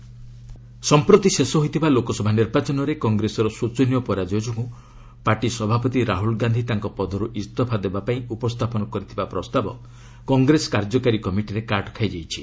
CWC meeting ସମ୍ପ୍ରତି ଶେଷ ହୋଇଥିବା ଲୋକସଭା ନିର୍ବାଚନରେ କଂଗ୍ରେସର ଶୋଚନୀୟ ପରାଜ୍ୟ ଯୋଗୁଁ ପାର୍ଟି ସଭାପତି ରାହୁଲ ଗାନ୍ଧି ତାଙ୍କ ପଦରୁ ଇସ୍ତଫା ଦେବା ପାଇଁ ଉପସ୍ଥାପନ କରିଥିବା ପ୍ରସ୍ତାବ କଂଗ୍ରେସ କାର୍ଯ୍ୟକାରୀ କମିଟିରେ କାଟ୍ ଖାଇଯାଇଛି